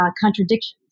contradictions